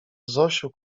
zosiu